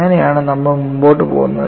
അങ്ങനെയാണ് നമ്മൾ മുന്നോട്ട് പോകുന്നത്